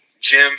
Jim